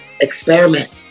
experiment